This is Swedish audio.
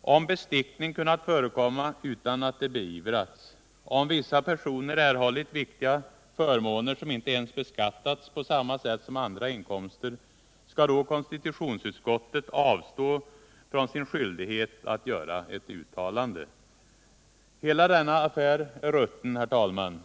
Om bestickning kunnat förekomma utan att det beivrats, om vissa personer erhållit viktiga förmåner som inte ens beskattats på samma sätt som andra inkomster, skall då konstitutionsutskottet avstå från sin skyldighet att göra ett uttalande? Hela denna affär är rutten, herr talman.